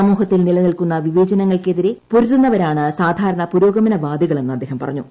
സമൂഹത്തിൽ നിലനിൽക്കുന്ന വിവേചനങ്ങൾക്കെതിരെ പൊരുതുന്നവരാണ് സാധാരണ പുരോഗമനവാദികളെന്ന് അദ്ദേഹം പറഞ്ഞു